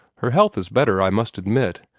her health is better, i must admit,